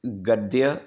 गद्यम्